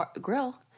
grill